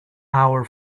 our